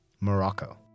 Morocco